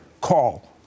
call